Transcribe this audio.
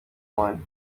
one